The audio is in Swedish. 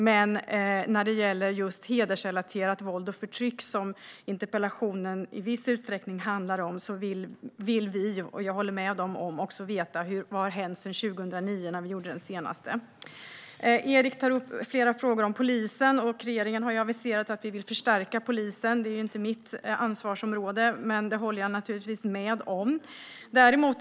Men när det gäller just hedersrelaterat våld och förtryck, som interpellationen i viss utsträckning handlar om, vill man - och jag håller med dem - veta vad som har hänt sedan 2009. Erik tar upp flera frågor om polisen. Regeringen har aviserat att vi vill förstärka den. Det är ju inte mitt ansvarsområde, men jag håller naturligtvis med om det.